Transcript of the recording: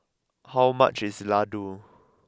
how much is Ladoo